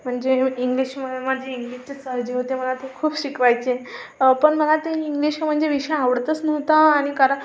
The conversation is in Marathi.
म्हणजे इंग्लिश म माझे इंग्लिशचे सर जे होते मला ते खूप शिकवायचे पण मला ते इंग्लिश म्हणजे विषय आवडतंच नव्हता आणि कारण